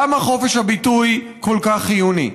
למה חופש הביטוי כל כך חיוני.